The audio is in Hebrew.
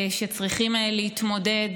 שצריכים להתמודד,